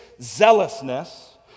zealousness